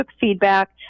feedback